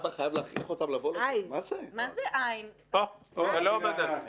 בוודאי שאני רוצה את זה, איזו שאלה.